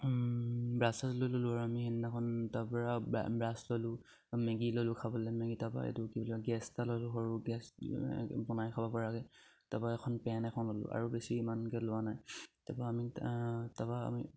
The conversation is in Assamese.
ব্ৰাছ শ্ৰাছ লৈ ল'লোঁ আৰু আমি সেইদিনাখন তাৰপৰা ব্ৰাছ ল'লোঁ মেগী ল'লোঁ খাবলে মেগী তাৰপা এইটো কি বুলি গেছ এটা ল'লোঁ সৰু গেছ বনাই খাব পৰাকে তাপা এখন পেন এখন ল'লোঁ আৰু বেছি ইমানকে লোৱা নাই তাপা আমি তাপা আমি